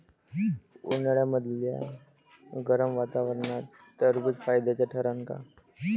उन्हाळ्यामदल्या गरम वातावरनात टरबुज फायद्याचं ठरन का?